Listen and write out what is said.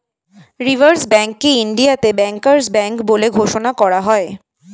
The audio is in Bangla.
রিসার্ভ ব্যাঙ্ককে ইন্ডিয়াতে ব্যাংকার্স ব্যাঙ্ক বলে ঘোষণা করা হয়